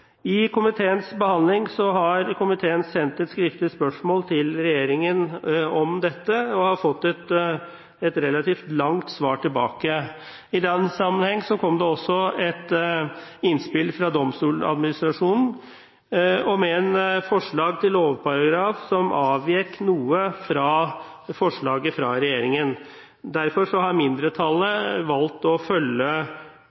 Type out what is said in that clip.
I komiteens behandling har komiteen sendt et skriftlig spørsmål til regjeringen om dette og har fått et relativt langt svar tilbake. I den sammenheng kom det også et innspill fra Domstoladministrasjonen med et forslag til lovparagraf som avvek noe fra forslaget fra regjeringen. Derfor har mindretallet